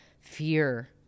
fear